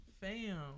Fam